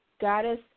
Goddess